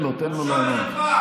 לכאורה?